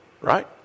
right